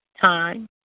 Time